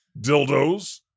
Dildos